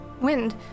wind